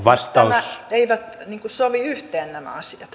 nämä eivät sovi yhteen nämä asiat